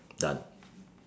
done